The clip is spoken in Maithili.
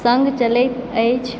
सङ्ग चलैत अछि